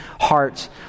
hearts